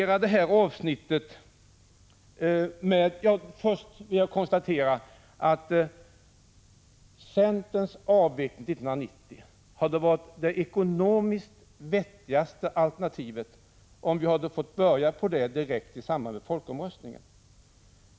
Jag konstaterar att centerns förslag att avvecklingen skulle vara genomförd 1990 hade varit det ekonomiskt vettigaste alternativet, om vi fått börja med förverkligandet av planen i samband med folkomröstningen.